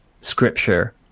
scripture